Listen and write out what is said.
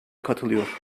katılıyor